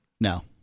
No